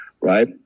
right